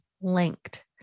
linked